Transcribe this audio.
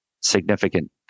significant